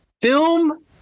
film